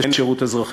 הן לשירות אזרחי,